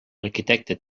arquitecte